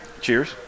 Cheers